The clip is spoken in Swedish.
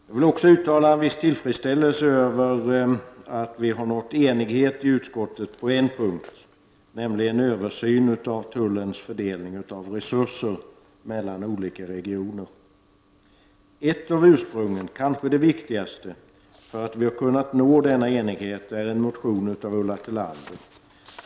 Jag vill också uttala en viss tillfredsställelse över att vi har nått enighet i utskottet på en punkt, nämligen översynen av tullens fördelning av resurser mellan olika regioner. En orsak, kanske den viktigaste, till att vi har kunnat nå denna enighet är en motion av Ulla Tillander.